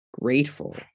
Grateful